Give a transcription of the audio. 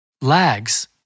Lags –